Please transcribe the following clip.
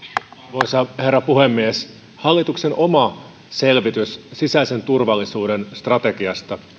arvoisa herra puhemies hallituksen oma selvitys sisäisen turvallisuuden strategiasta